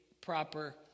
proper